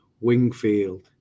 Wingfield